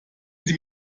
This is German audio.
sie